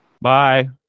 Bye